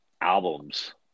albums